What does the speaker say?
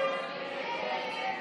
ההסתייגות